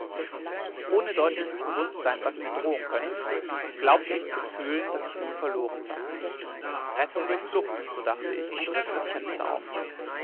ohne deutliches bewußtsein was mir drohen könne glaubte ich zu fühlen daß ich nun verloren sei rettung durch flucht so dachte ich und riß das fenster auf